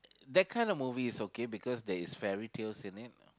that kind of movie is okay because there is fairy tales in it